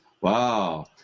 Wow